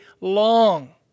long